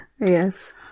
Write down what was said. Yes